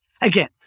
Again